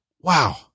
wow